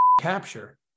capture